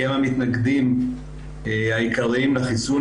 כי הם המתנגדים העיקריים לחסיון.